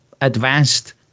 advanced